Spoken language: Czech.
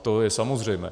To je samozřejmé.